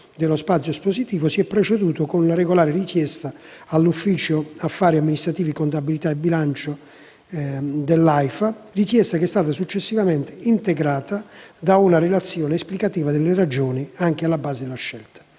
dello spazio espositivo, si è proceduto con regolare richiesta di acquisto all'Ufficio affari amministrativi, contabilità e bilancio; richiesta che è stata successivamente integrata da una relazione esplicativa delle ragioni alla base della scelta.